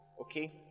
okay